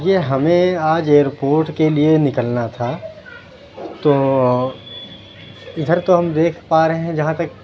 یہ ہمیں آج ائیر پورٹ کے لیے نکلنا تھا تو اِدھر تو ہم دیکھ پا رہے ہیں جہاں تک